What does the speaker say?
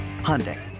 Hyundai